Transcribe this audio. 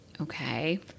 Okay